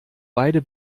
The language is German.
beide